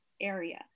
area